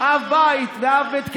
אב בית ואב בית כנסת.